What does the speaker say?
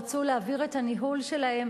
רצו להעביר את הניהול שלהם